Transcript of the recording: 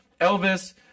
Elvis